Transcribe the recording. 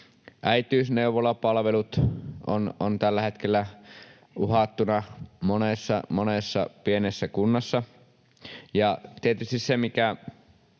Äitiysneuvolapalvelut ovat tällä hetkellä uhattuina monessa pienessä kunnassa, ja tietysti se